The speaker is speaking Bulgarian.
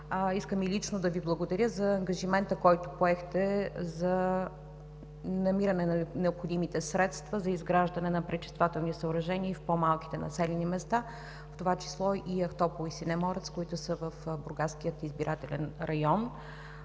Искам и лично да Ви благодаря за ангажимента, който поехте за намиране на необходимите средства за изграждане на пречиствателни съоръжения и в по-малките населени места, в това число Ахтопол и Синеморец, които са в Бургаския избирателен район.